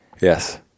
Yes